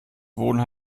wohnen